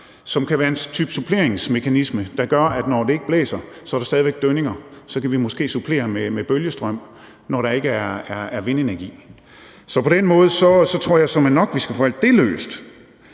som kan være en type suppleringsmekanisme, der gør, at når det ikke blæser, er der stadig væk dønninger, og så kan vi måske supplere med bølgestrøm, når der ikke er vindenergi. På den måde tror jeg såmænd nok vi skal få alt det løst